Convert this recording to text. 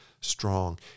strong